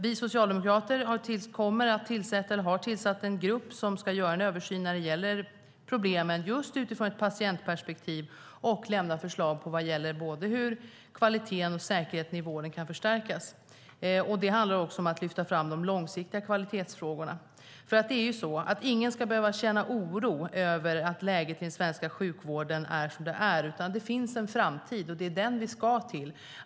Vi socialdemokrater har tillsatt en grupp som ska göra en översyn av problemen just utifrån ett patientperspektiv och lämna förslag till hur kvaliteten och säkerhetsnivåerna kan förstärkas. Det handlar också om att lyfta fram de långsiktiga kvalitetsfrågorna. Ingen ska behöva känna oro över att läget i den svenska sjukvården är som det är, utan det finns en framtid, och det är den vi ska till.